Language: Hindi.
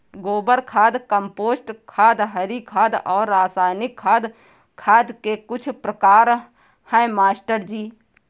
गोबर खाद कंपोस्ट खाद हरी खाद और रासायनिक खाद खाद के कुछ प्रकार है मास्टर जी